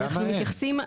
למה אין?